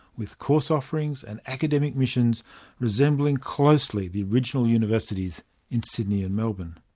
with course offerings and academic missions resembling closely the original universities in sydney and melbourne.